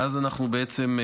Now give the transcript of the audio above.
ואז אנחנו בבעיה.